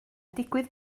digwydd